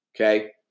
okay